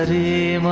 e